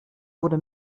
wurde